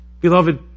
beloved